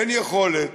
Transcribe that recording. אין יכולת